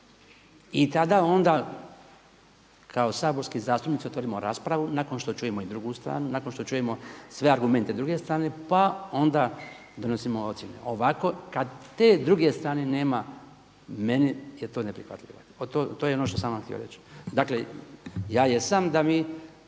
I tada onda kao saborski zastupnici otvorimo raspravu nakon što čujemo i drugu stranu, nakon što čujemo sve argumente druge strane, pa onda donosimo ocjene. Ovako kada te druge strane nema, meni je to neprihvatljivo. To je ono što sam vam htio reći. Ja jesam da